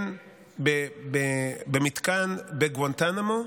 במתקן בגואנטנמו,